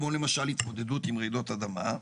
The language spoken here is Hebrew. כמו למשל התמודדות עם רעידות אדמה.